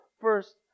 first